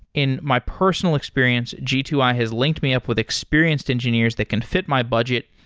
in my personal experience, g two i has linked me up with experienced engineers that can fit my budget,